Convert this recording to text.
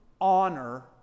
honor